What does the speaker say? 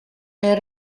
nel